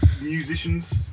musicians